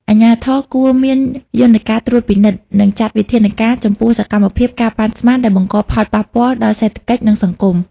អាជ្ញាធរគួរមានយន្តការត្រួតពិនិត្យ និងចាត់វិធានការចំពោះសកម្មភាព ការប៉ាន់ស្មាន ដែលបង្កផលប៉ះពាល់ដល់សេដ្ឋកិច្ច និងសង្គម។